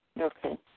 Okay